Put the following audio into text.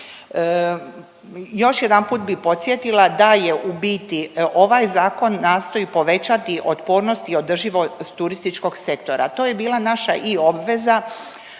Još jedanput bih podsjetila da je u biti ovaj zakon nastoji povećati otpornost i održivost turističkog sektora. To je bila naša i obveza